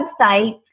website